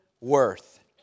worth